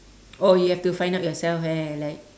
oh you have to find out yourself eh like